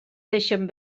deixen